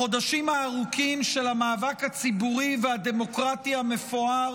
החודשים הארוכים של המאבק הציבורי והדמוקרטי המפואר